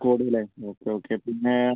കൂടുതലായി okay okay പിന്നെ